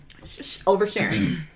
oversharing